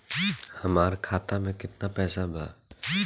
हमार खाता मे केतना पैसा बा?